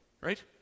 right